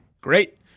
Great